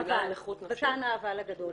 אבל, וכאן האבל הגדול.